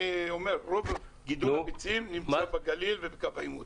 אני אומר: רוב גידול הביצים נמצא בגליל ובקו העימות.